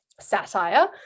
satire